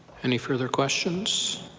any further questions?